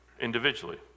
individually